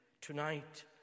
tonight